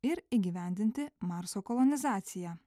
ir įgyvendinti marso kolonizaciją